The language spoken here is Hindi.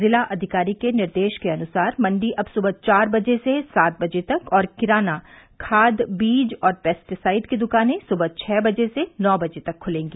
जिलाधिकारी के निर्देशानुसार मंडी अब सुबह चार बजे से सात बजे तक और किराना खाद बीज और पेस्टीसाइड की दुकानें सुबह छह बजे से नौ बजे तक खुलेंगी